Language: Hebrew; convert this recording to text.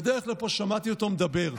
בדרך לפה שמעתי אותו מדבר.